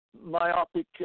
myopic